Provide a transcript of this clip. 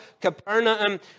Capernaum